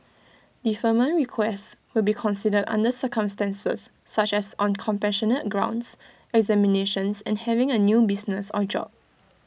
deferment requests will be considered under circumstances such as on compassionate grounds examinations and having A new business or job